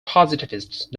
positivist